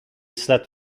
slept